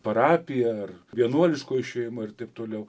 parapija ar vienuoliško išėjimo ir taip toliau